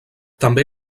també